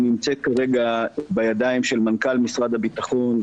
נמצאת כרגע בידיים של מנכ"ל משרד הביטחון,